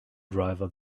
driver